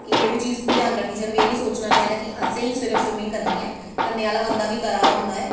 कि एह् बी चीज़ ध्यान रक्खनी सिर्फ एह् नी सोचनां कि असैं गै सिर्फ स्विमिंग करनी ऐं कन्नें आह्ला बंदा बी करा दा होंदा ऐ